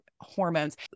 hormones